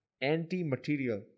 anti-material